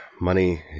Money